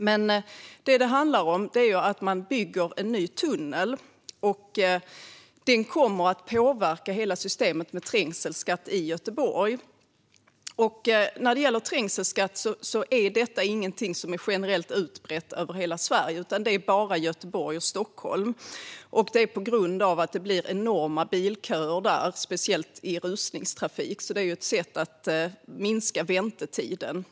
Men det handlar om att man bygger en ny tunnel, och den kommer att påverka hela systemet med trängselskatt i Göteborg. Trängselskatt är inget som är generellt utbrett över hela Sverige, utan det finns bara i Göteborg och Stockholm, och det har att göra med att det blir enorma bilköer där, speciellt i rusningstrafik. Det är alltså ett sätt att minska väntetiden.